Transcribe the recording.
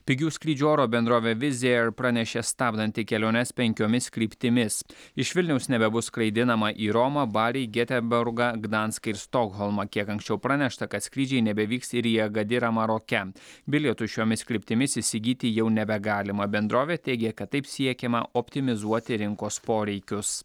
pigių skrydžių oro bendrovė vizėr pranešė stabdanti keliones penkiomis kryptimis iš vilniaus nebebus skraidinama į romą barį getebiorgą gdanską ir stokholmą kiek anksčiau pranešta kad skrydžiai nebevyks ir į agadirą maroke bilietų šiomis kryptimis įsigyti jau nebegalima bendrovė teigė kad taip siekiama optimizuoti rinkos poreikius